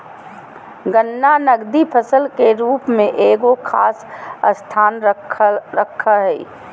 गन्ना नकदी फसल के रूप में एगो खास स्थान रखो हइ